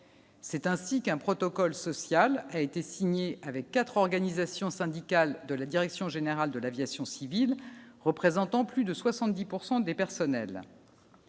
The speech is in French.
c'est ainsi qu'un protocole social a été signé avec 4 organisations syndicales de la direction générale de l'aviation civile, représentant plus de 70 pourcent des personnels.